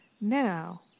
Now